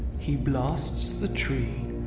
he blasts the tree,